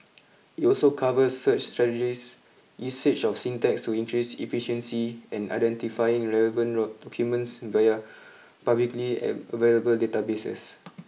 it also covers search strategies usage of syntax to increase efficiency and identifying relevant documents via publicly available databases